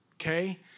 Okay